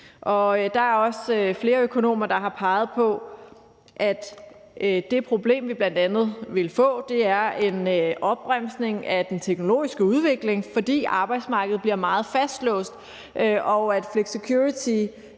Der er også flere økonomer, der har peget på, at det problem, vi bl.a. ville få, er en opbremsning af den teknologiske udvikling, fordi arbejdsmarkedet bliver meget fastlåst, og at flexicurity